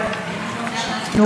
חברת הכנסת יעל גרמן,